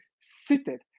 seated